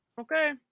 Okay